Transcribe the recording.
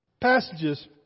passages